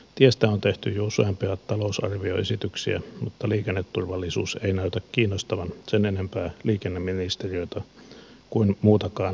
tiestä on tehty jo useampia talousarvioesityksiä mutta liikenneturvallisuus ei näytä kiinnostavan sen enempää liikenneministeriötä kuin muutakaan hallitusta